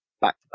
back